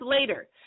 later